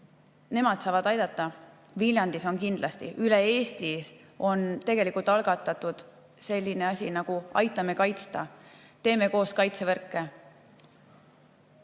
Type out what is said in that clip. nemad saavad aidata? Viljandis on kindlasti võimalik, üle Eesti on tegelikult algatatud selline asi nagu "Aitan kaitsta – teeme koos varjevõrke!".